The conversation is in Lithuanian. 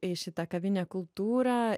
į šitą kavinę kultūrą